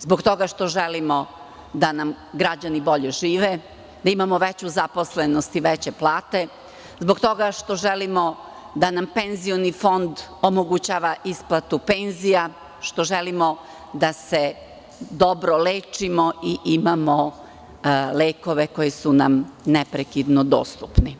zbog toga što želimo da nam građani bolje žive, da imamo veću zaposlenost i veće plate, zbog toga što želimo da nam penzioni fond omogućava isplatu penzija, što želimo da se dobro lečimo i imamo lekove koji su nam neprekidno dostupni.